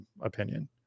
opinion